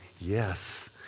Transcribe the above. yes